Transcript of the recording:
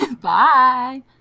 Bye